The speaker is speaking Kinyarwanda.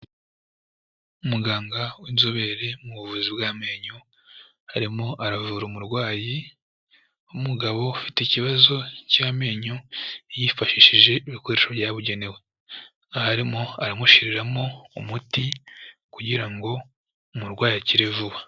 Muganga w'inzobere mu buvuzi bw'amenyo arimo aravura umurwayi w'umugabo ufite ikibazo cy'amenyo yifashishije ibikoresho byabugenewe, aha arimo aramushiriramo umuti kugira ngo umurwayi akire vuba.